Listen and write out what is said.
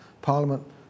Parliament